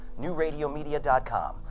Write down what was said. NewRadioMedia.com